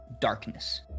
darkness